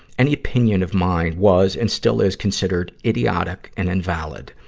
any opinion of mine was and still is considered idiotic and invalid.